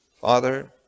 Father